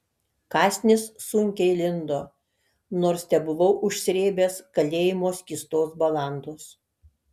kąsnis sunkiai lindo nors tebuvau užsrėbęs kalėjimo skystos balandos